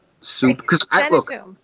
super